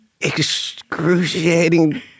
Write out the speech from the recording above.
excruciating